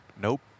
Nope